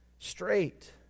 Straight